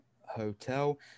Hotel